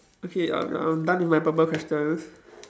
okay I'm I'm done with my purple questions